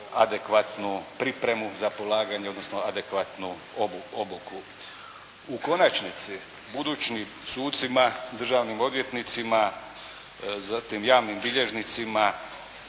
adekvatnu pripremu za polaganje, odnosno adekvatnu obuku. U konačnici budućim sucima, državnim odvjetnicima, zatim javnim bilježnicima,